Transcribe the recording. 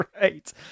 right